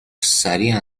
سریع